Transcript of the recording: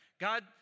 God